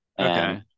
Okay